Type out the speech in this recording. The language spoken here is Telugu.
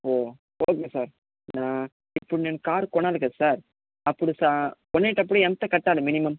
ఓ ఓకే సార్ ఇప్పుడు నేను కార్ కొనాలి కదా సార్ అప్పుడు స కొనేటప్పుడు ఎంత కట్టాలి మినిమమ్